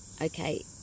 okay